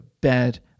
bed